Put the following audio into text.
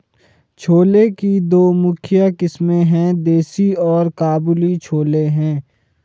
छोले की दो मुख्य किस्में है, देसी और काबुली छोले हैं